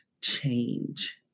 change